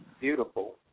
beautiful